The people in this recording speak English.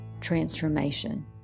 transformation